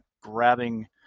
grabbing